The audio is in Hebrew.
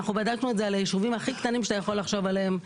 בדקנו את זה על כל היישובים שאתה יכול לחשוב עליהם,